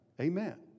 Amen